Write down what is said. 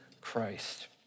Christ